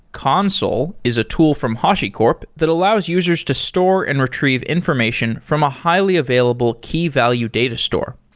consul is a tool from hashicorp that allows users to store and retrieve information from a highly available key value data store.